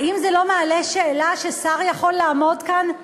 האם זה לא מעלה שאלה ששר יכול לעמוד כאן,